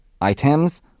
items